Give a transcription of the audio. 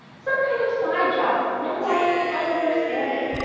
some kind of side job. now i understand it.